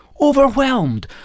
overwhelmed